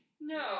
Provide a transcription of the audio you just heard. No